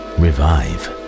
revive